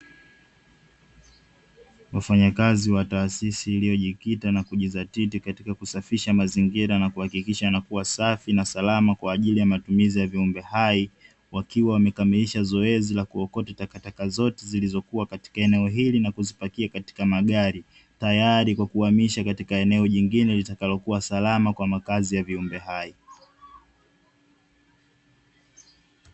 Wafanyakazi wa taasisi iliyojikita na kujizatiti katika kusafisha mazingira na kuhakikisha yanakuwa safi na salama kwa ajili ya matumizi ya viumbe hai, wakiwa wamekamilisha zoezi la kuokota takataka zote zilizokuwa katika eneo hili na kuzipakia katika magari, tayari kwa kuhamisha katika eneo jingine litakalo kuwa salama kwa makazi ya viumbe hai.